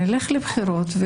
נלך לבחירות,